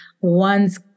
one's